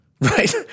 right